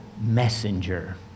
messenger